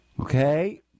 Okay